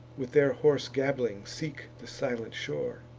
with their hoarse gabbling seek the silent shore.